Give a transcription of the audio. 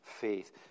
faith